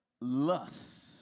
lust